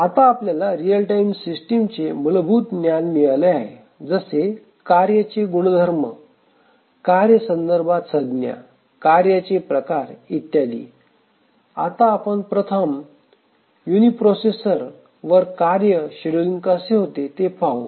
आता आपल्याला real time सिस्टिमचे मूलभूत ज्ञान मिळाले आहे जसे कार्य चे गुणधर्म कार्य संदर्भातल्या संज्ञा कार्य चे प्रकार इत्यादी आता आपण प्रथम युनी प्रोसेसर वर कार्य शेड्युलिंग कसे होते ते पाहू